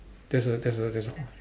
there's a there's a there's a